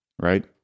right